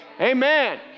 Amen